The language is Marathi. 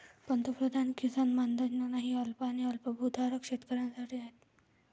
पंतप्रधान किसान मानधन योजना ही अल्प आणि अल्पभूधारक शेतकऱ्यांसाठी आहे